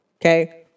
Okay